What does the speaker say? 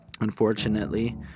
unfortunately